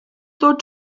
ddod